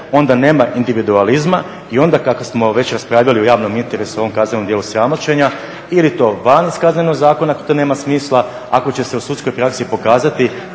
onda nema individualizma i onda kako smo već raspravljali o javnom interesu u ovom kaznenom dijelu sramoćenja ili to van iz Kaznenog zakona jer to nema smisla ako će se u sudskoj praksi pokazati